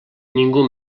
ningú